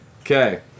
Okay